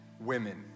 women